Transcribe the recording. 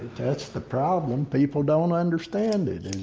that's the problem people don't understand it.